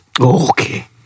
Okay